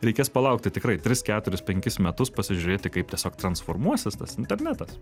reikės palaukti tikrai tris keturis penkis metus pasižiūrėti kaip tiesiog transformuosis internetas